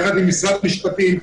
ביחד עם משרד המשפטים,